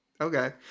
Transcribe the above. Okay